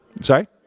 Sorry